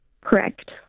correct